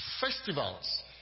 Festivals